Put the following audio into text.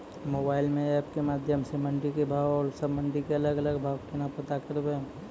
Mobile म app के माध्यम सऽ मंडी के भाव औरो सब मंडी के अलग अलग भाव केना पता करबै?